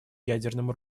ядерному